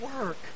Work